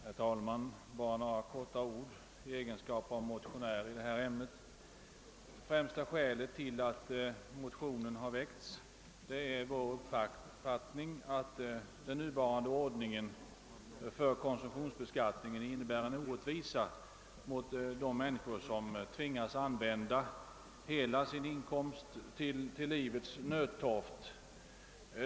Herr talman! Bara några få ord i egenskap av motionär i detta ämne. Främsta skälet till att motionen väckts är vår uppfattning att den nuvarande ordningen för konsumtionsbeskattning innebär en orättvisa mot de människor, som tvingas använda hela sin inkomst till livets nödtorft.